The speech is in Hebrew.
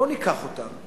בואו ניקח אותם,